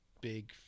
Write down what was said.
big